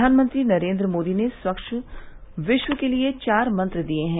प्रधानमंत्री नरेन्द्र मोदी ने स्वच्छ विश्व के लिए चार मंत्र दिये हैं